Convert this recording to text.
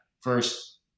first